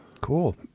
cool